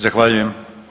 Zahvaljujem.